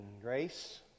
grace